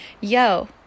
yo